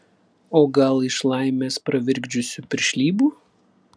o gal iš laimės pravirkdžiusių piršlybų